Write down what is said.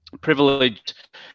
privileged